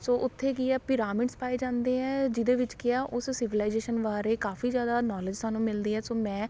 ਸੋ ਉੱਥੇ ਕੀ ਆ ਪਿਰਾਮਿਡਸ ਪਾਏ ਜਾਂਦੇ ਹੈ ਜਿਹਦੇ ਵਿੱਚ ਕੀ ਆ ਉਸ ਸਿਵਲਾਈਜੇਸ਼ਨ ਬਾਰੇ ਕਾਫ਼ੀ ਜ਼ਿਆਦਾ ਨੌਲੇਜ ਸਾਨੂੰ ਮਿਲਦੀ ਹੈ ਸੋ ਮੈਂ